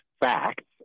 facts